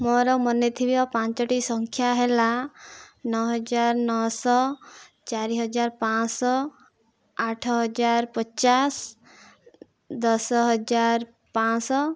ମୋର ମନେ ଥିବା ପାଞ୍ଚୋଟି ସଂଖ୍ୟା ହେଲା ନଅ ହଜାର ନଅ ଶହ ଚାରି ହଜାର ପାଞ୍ଚ ଶହ ଆଠ ହଜାର ପଚାଶ ଦଶ ହଜାର ପାଞ୍ଚ ଶହ